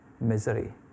misery